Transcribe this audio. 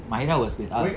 mairah was with us